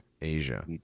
Asia